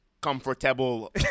comfortable